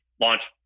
launch